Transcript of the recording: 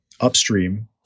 upstream